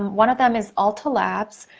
one of them is ulta labs,